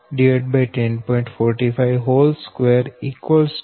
452 0